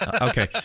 Okay